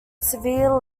severe